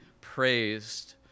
praised